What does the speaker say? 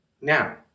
now